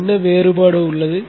என்ன வேறுபாடு உள்ளது